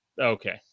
Okay